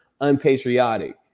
unpatriotic